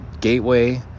gateway